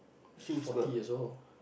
the forty years old